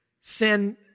Sin